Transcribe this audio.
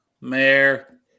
Mayor